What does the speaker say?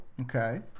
Okay